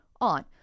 on